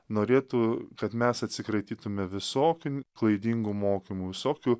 norėtų kad mes atsikratytume visokių klaidingų mokymų visokių